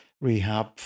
rehab